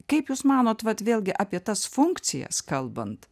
kaip jūs manot vat vėlgi apie tas funkcijas kalbant